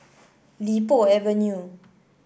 Li Po Avenue